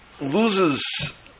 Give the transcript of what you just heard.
loses